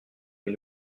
mes